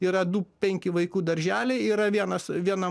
yra du penki vaikų darželiai yra vienas viena